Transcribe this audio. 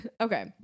Okay